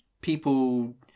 people